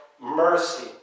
mercy